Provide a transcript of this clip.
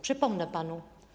Przypomnę panu.